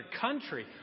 country